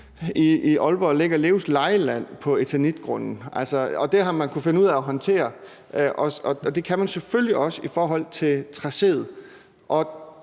i Aalborg ligger selv Leos Legeland på Eternitgrunden. Det har man kunnet finde ud af at håndtere, og det kan man selvfølgelig også i forhold til tracéet.